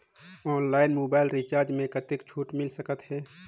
Online mobile recharge मे कतेक छूट मिल सकत हे?